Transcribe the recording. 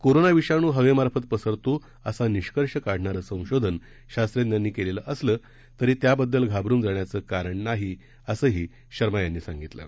corona विषाणू हवेमार्फत पसरतो असा निष्कर्ष काढणारं संशोधन शास्त्रज्ञांनी केलेलं असलं तरी त्याबद्दल घाबरून जाण्याचं कारण नाही असंही शर्मा यांनी म्हटलं आहे